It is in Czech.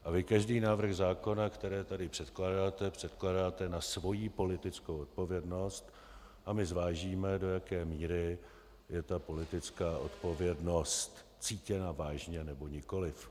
A vy každý návrh zákona, který tady předkládáte, předkládáte na svoji politickou odpovědnost a my zvážíme, do jaké míry je politická odpovědnost cítěna vážně, nebo nikoli.